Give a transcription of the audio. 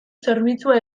zerbitzua